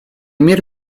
мир